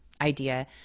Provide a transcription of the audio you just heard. idea